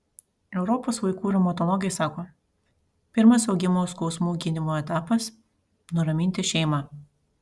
europos vaikų reumatologai sako pirmas augimo skausmų gydymo etapas nuraminti šeimą